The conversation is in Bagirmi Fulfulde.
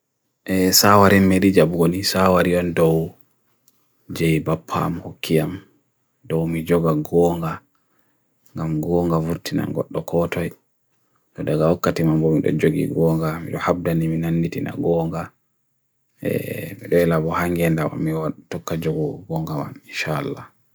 Saawari meleja bukoni saawari an daw jay bapam hukiam, daw mi joga goonga, gam goonga buti nangot dokotwai. Daga hukati mambo mnda jogi goonga, yohabda nimi nan niti na goonga. Bedela bo hangi enda wami watukajogo goonga wan, isha alla.